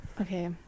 Okay